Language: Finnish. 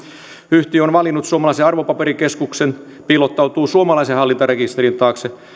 yhtiö on valinnut suomalaisen arvopaperikeskuksen piilottautuu suomalaisen hallintarekisterin taakse